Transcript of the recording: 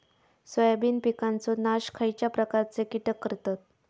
Soybean पिकांचो नाश खयच्या प्रकारचे कीटक करतत?